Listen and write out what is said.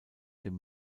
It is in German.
dem